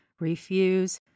refuse